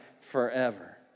forever